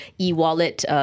e-wallet